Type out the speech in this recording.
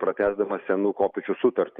pratęsdamas senų kopėčių sutartį